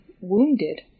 wounded